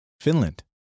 Finland